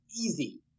easy